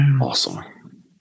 Awesome